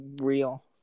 real